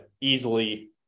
easily